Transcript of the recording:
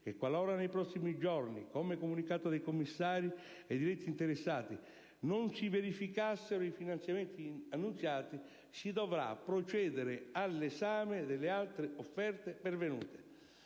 qualora nei prossimi giorni - come comunicato dai commissari ai diretti interessati - non si verificassero i finanziamenti annunziati, si dovrà procedere all'esame delle altre offerte pervenute.